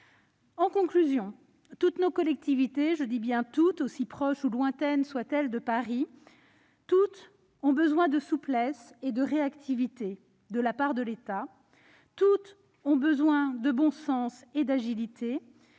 je rappelle que toutes nos collectivités- je dis bien « toutes »-, si proches ou lointaines soient-elles de Paris, ont besoin de souplesse et de réactivité de la part de l'État. Toutes ont besoin de bon sens et d'agilité.